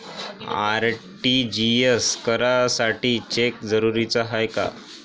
RTGS करासाठी cheque जरुरीचा हाय काय?